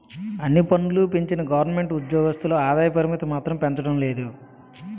అన్ని పన్నులూ పెంచిన గవరమెంటు ఉజ్జోగుల ఆదాయ పరిమితి మాత్రం పెంచడం లేదు